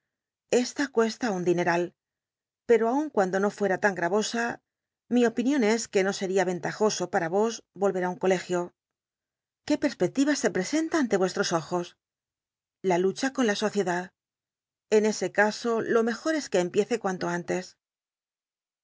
esta cuesta un dioc al pei'o aun cuando no fuera tan sl'alosa mi opinión es que no sería ventajoso para vos á un colegio qué perspectiva se presenta ante yuestros ojos la lucha con la sociedad en c c caso lo mejor es que empiece cuanto antes